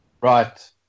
Right